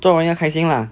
做人要开心 lah